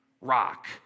Rock